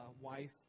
wife